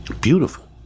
beautiful